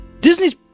Disney's